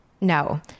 No